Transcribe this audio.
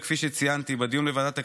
וכפי שציינתי בדיון בוועדת הכנסת,